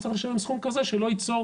אבל הוא צריך לשלם סכום כזה שלא ייצור